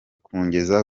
kungeza